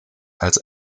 als